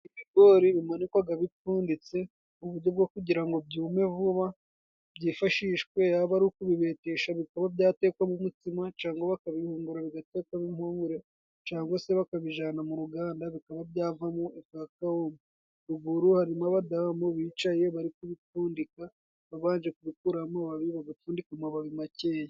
Ibigori bimanikwaga bipfunditse, uburyo bwo kugira ngo byume vuba byifashishwe yaba ari ukubibetesha bikaba byatekwamo umutsima cangwa bakabihungura bigatekwamo impungure, cangwa se bakabijana mu ruganda bikaba byavamo ifu ya kawunga. Ruguru harimo abadamu bicaye bari kubipfundika, babanje kubikuramo amababi bagapfundika amababi makeya.